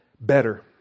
Better